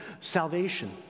salvation